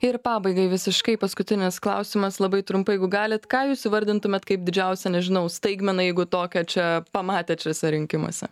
ir pabaigai visiškai paskutinis klausimas labai trumpai jeigu galit ką jūs įvardintumėt kaip didžiausią nežinau staigmeną jeigu tokią čia pamatėt šiuose rinkimuose